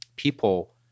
People